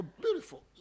beautiful